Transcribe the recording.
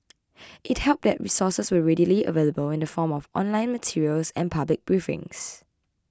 it helped that resources were readily available in the form of online materials and public briefings